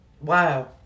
Wow